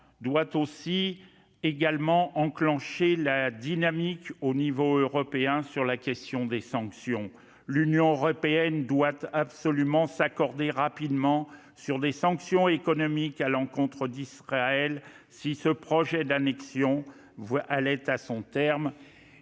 doit également enclencher une dynamique à l'échelon européen sur la question des sanctions. L'Union européenne doit absolument s'accorder rapidement sur des sanctions économiques à l'encontre d'Israël, si ce projet d'annexion de la vallée